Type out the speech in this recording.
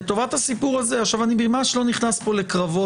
הטיעון שאתה מעלה לא סתם לקחתי אותך לרמת